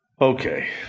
Okay